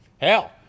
hell